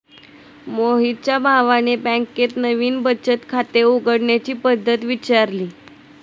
मोहितच्या भावाने बँकेत नवीन बचत खाते उघडण्याची पद्धत विचारली